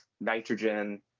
nitrogen